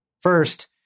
First